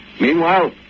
Meanwhile